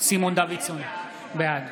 סימון דוידסון, בעד